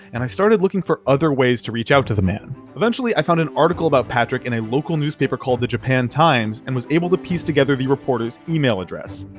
and i started looking for other ways to reach out to the man. eventually, i found an article about patrick in a local newspaper called the japan times and was able to piece together the reporter's email address.